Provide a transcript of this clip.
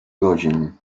godzin